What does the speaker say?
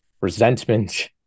resentment